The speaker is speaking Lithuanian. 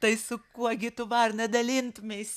tai su kuo gi tu varna dalintumeisi